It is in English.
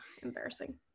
embarrassing